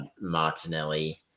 Martinelli